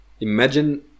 Imagine